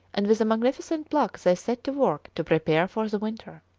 and with magnificent pluck they set to work to prepare for the winter.